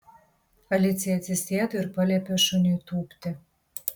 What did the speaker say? alicija atsisėdo ir paliepė šuniui tūpti